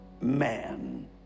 man